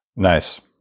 nice.